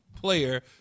player